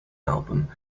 album